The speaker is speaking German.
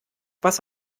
was